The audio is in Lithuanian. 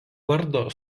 vardo